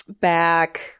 back